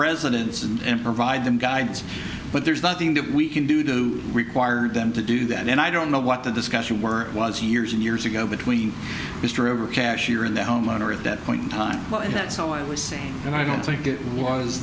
residents and provide them guidance but there's nothing that we can do to require them to do that and i don't know what the discussion were was years and years ago between mr ever cashier and the homeowner at that point in time and that's all i was saying and i don't think it was